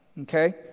okay